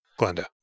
Glenda